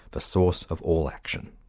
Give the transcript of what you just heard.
the source of all action.